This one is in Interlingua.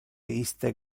iste